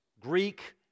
Greek